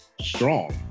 strong